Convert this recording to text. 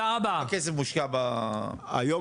היום,